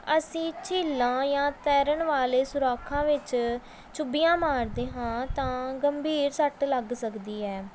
ਅਸੀਂ ਝੀਲਾਂ ਜਾਂ ਤੈਰਨ ਵਾਲੇ ਸੁਰਾਖਾਂ ਵਿੱਚ ਚੁੱਭੀਆਂ ਮਾਰਦੇ ਹਾਂ ਤਾਂ ਗੰਭੀਰ ਸੱਟ ਲੱਗ ਸਕਦੀ ਹੈ